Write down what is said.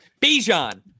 Bijan